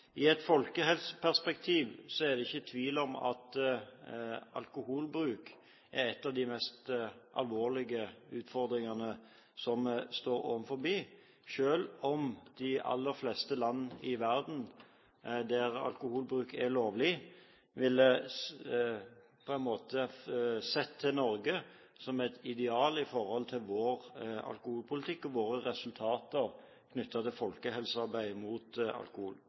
I et folkehelseperspektiv er det ikke tvil om at alkoholbruk er en av de mest alvorlige utfordringene vi står overfor, selv om de aller fleste land i verden der alkoholbruk er lovlig, på en måte vil se på Norge som et ideal når det gjelder vår alkoholpolitikk og våre resultater knyttet til folkehelsearbeidet mot alkohol.